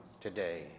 today